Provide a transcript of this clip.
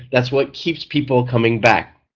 that's what keeps people coming back.